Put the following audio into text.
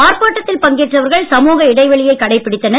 ஆர்ப்பாட்டத்தில் பங்கேற்றவர்கள் சமூக இடைவெளியைக் கடைபிடித்தனர்